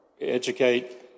educate